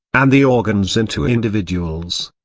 and the organs into individuals.